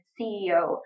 CEO